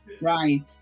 right